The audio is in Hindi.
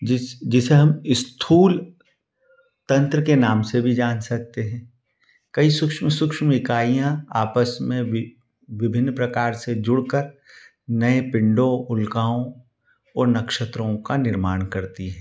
जिस जिसे हम इस्थूल तन्त्र के नाम से भी जान सकते हैं कई सूक्ष्म सूक्ष्म इकाइयाँ आपस में भी विभिन्न प्रकार से जुड़कर नए पिण्डों उल्काओं और नक्षत्रों का निर्माण करती हैं